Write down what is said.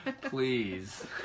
please